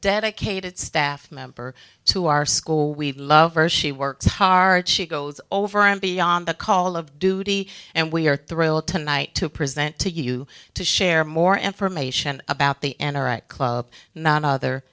dedicated staff member to our school we've loved her she works hard she goes over and beyond the call of duty and we are thrilled tonight to present to you to share more information about the n r i club not other